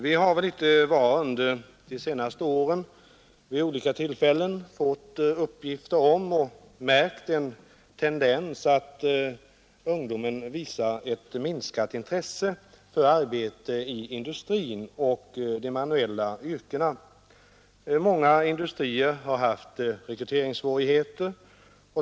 Under de senaste åren har vi väl litet var vid olika tillfällen fått uppgifter om och märkt tendenser till att ungdomen visar ett minskat intresse för arbete i industrin och i de manuella yrkena. Många industrier har haft rekryteringssvårigheter.